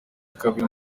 kabiri